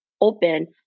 open